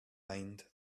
mind